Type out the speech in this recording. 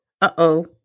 Uh-oh